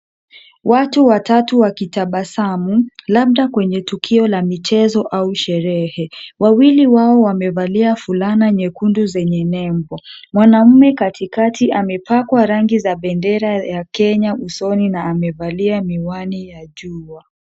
Watu watatu wakitabasamu, labda kwenye tukio la michezo au sherehe. Wawili wao wamevalia fulana nyekundu zenye lebo. Mwanaume katikati amepakwa rangi za bendera ya kenya usoni na amevalia miwani ya jua.